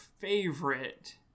favorite